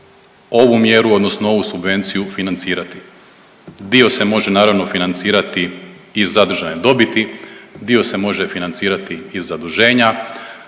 ovu mjeru odnosno ovu subvenciju financirati. Dio se može naravno financirati i zadržajem dobiti, dio se može financirati iz zaduženja,